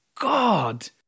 God